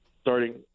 starting